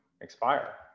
expire